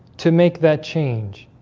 to make that change